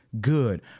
good